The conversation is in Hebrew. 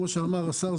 כמו שאמר השר,